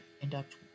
induct